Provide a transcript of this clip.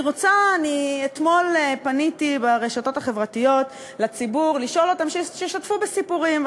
אתמול פניתי לציבור ברשתות החברתיות שישתפו בסיפורים,